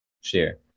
Share